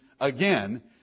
again